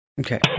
Okay